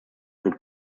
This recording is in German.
lud